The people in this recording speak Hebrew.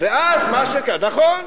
שלא עשית, נכון.